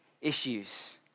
issues